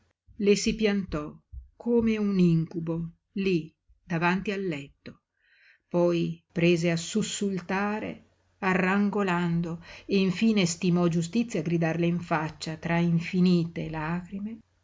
le si piantò come un incubo lí davanti al letto poi prese a sussultare arrangolando e infine stimò giustizia gridarle in faccia tra infinite lagrime